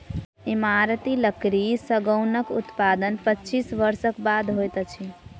इमारती लकड़ी सागौनक उत्पादन पच्चीस वर्षक बाद होइत अछि